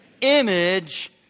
image